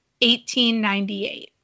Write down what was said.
1898